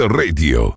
radio